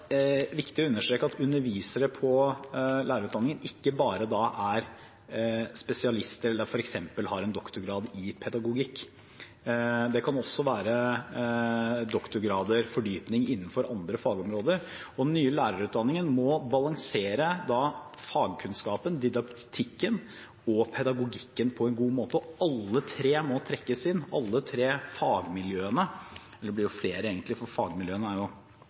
kan også være doktorgrader, fordypning innenfor andre fagområder, og den nye lærerutdanningen må balansere fagkunnskapen, didaktikken og pedagogikken på en god måte. Og alle tre må trekkes inn, alle tre fagmiljøene – eller, det blir jo flere egentlig, for fagmiljøene